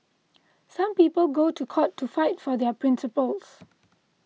some people go to court to fight for their principles